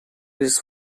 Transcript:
its